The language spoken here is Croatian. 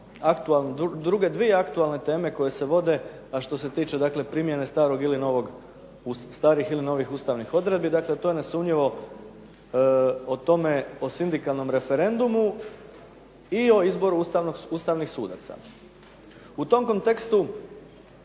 druge dvije aktualne teme koje se vode,a to se tiče primjene starog ili novog, starih ili novih Ustavnih odredbi, to je nesumnjivo o sindikalnom referendumu i o izboru Ustavnih sudaca. U tom kontekstu